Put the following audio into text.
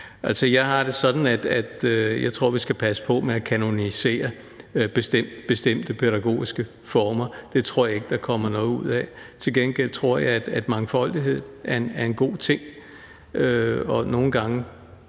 Altså, jeg har det sådan, at jeg tror, vi skal passe på med at kanonisere bestemte pædagogiske former. Det tror jeg ikke der kommer noget ud af. Til gengæld tror jeg, at mangfoldighed er en god ting.